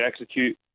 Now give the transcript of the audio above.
execute